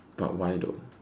but why though